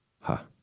Ha